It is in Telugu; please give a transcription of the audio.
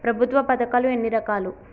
ప్రభుత్వ పథకాలు ఎన్ని రకాలు?